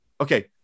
Okay